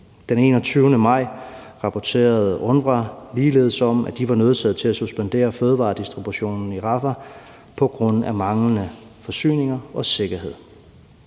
Den 21. maj rapporterede UNRWA ligeledes om, at de var nødsaget til at suspendere fødevaredistributionen i Rafah på grund af manglende forsyninger og sikkerhed.